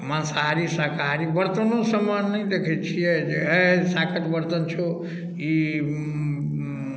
मांसाहारी साकाहारी बर्तनों सबमे नहि देखै छियै जे अए साकके बर्तन छौ ई